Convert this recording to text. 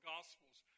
Gospels